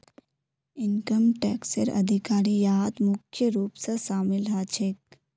income टैक्सेर अधिकारी यहात मुख्य रूप स शामिल ह छेक